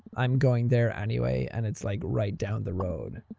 i'm going there anyway and it's like right down the road.